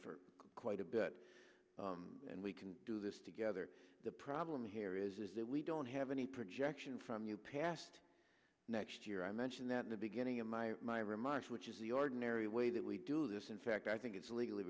for quite a bit and we can do this together the problem here is that we don't have any projection from you past next year i mentioned that in the beginning of my my remarks which is the ordinary way that we do this in fact i think it's legally